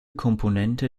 komponente